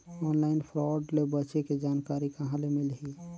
Online fraud ले बचे के जानकारी कहां ले मिलही?